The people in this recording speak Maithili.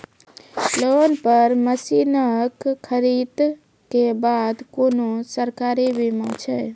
लोन पर मसीनऽक खरीद के बाद कुनू सरकारी बीमा छै?